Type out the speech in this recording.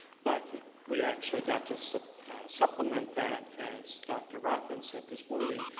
but we actually got to supplement that as dr. rothman said this morning,